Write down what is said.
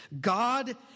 God